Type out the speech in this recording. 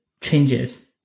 changes